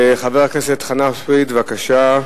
חבר הכנסת חנא סוייד, בבקשה.